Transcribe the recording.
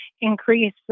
increase